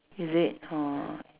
is it ha